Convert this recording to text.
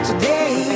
Today